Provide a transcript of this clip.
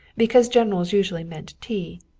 because generals usually meant tea.